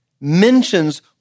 mentions